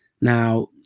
Now